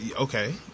okay